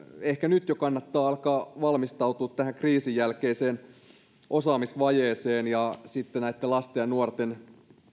ehkä nyt jo kannattaa alkaa valmistautumaan tähän kriisin jälkeiseen osaamisvajeeseen ja näiden lasten ja nuorten